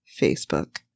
facebook